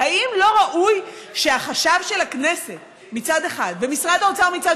האם לא ראוי שהחשב של הכנסת מצד אחד ומשרד האוצר מצד